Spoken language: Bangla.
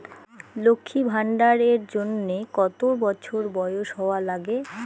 লক্ষী ভান্ডার এর জন্যে কতো বছর বয়স হওয়া লাগে?